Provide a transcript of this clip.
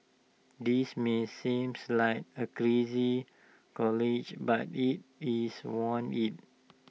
this may seems like A crazy college but IT is want IT